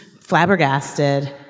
flabbergasted